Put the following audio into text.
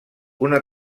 una